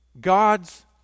God's